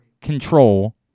control